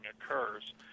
occurs